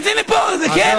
אבל הוא הסביר את זה.